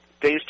days